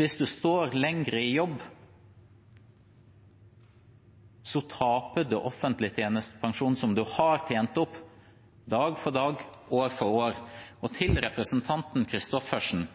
hvis en står lenger i jobb, taper en offentlig tjenestepensjon en har tjent opp, dag for dag, år for år? Til